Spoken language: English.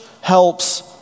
helps